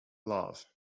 love